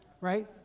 Right